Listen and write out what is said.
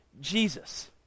Jesus